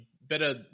better